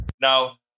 Now